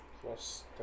plus